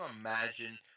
imagine